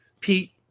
Pete